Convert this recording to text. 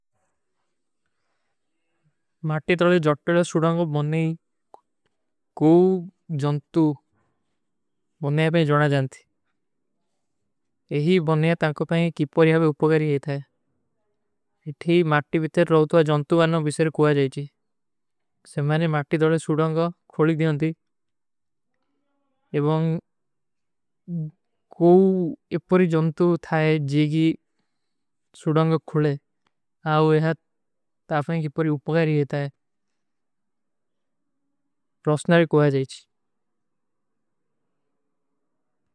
ମାଟ୍ଟୀ ତରହେ ଜଟ୍ଟର ସୁଡଂଗ ବନନେ କୋଈ ଜନ୍ତୁ ବନନେ ଆପନେ ଜଣା ଜାନତୀ। ଏହୀ ବନନେ ତାଂକୋ ପାଂଗେ କିପର ଯହାଁ ପର ଉପକାରୀ ହୈ ଥାଈ। ଇଠୀ ମାଟ୍ଟୀ ବିଥେ ରହୋତ ଵା ଜନ୍ତୁ ବାନନା ଵିଶେର କୁଆ ଜାଈଚୀ। ମାଟ୍ଟୀ ତରହେ ଜଟ୍ଟର ସୁଡଂଗ ବନନେ କୋଈ ଜଣା ଜଣା ଜନ୍ତୁ ବନନେ କୋଈ ଜଣା।